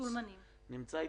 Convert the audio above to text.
נמצא איתנו?